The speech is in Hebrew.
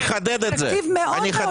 התקציב מאוד שקוף.